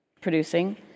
producing